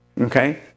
Okay